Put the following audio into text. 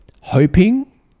Hoping